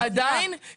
סליחה -- עדיין,